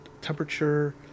temperature